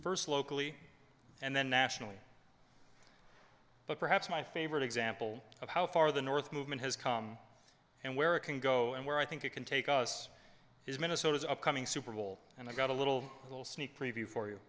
first locally and then nationally but perhaps my favorite example of how far the north movement has come and where it can go and where i think you can take us is minnesota's upcoming super bowl and i got a little a little sneak preview for you